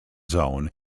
zone